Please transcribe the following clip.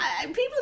people